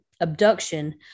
abduction